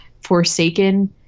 Forsaken